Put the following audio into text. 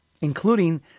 including